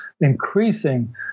increasing